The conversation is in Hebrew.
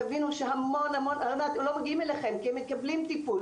תבינו שהמון לא מגיעים אליכם כי הם מקבלים טיפול,